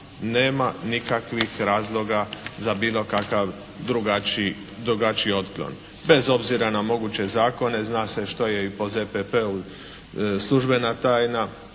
nema nikakvih razloga za bilo kakav drugačiji otklon, bez obzira na moguće zakona zna se što je i po ZPP-u službena tajna,